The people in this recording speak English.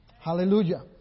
Hallelujah